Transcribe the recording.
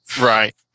Right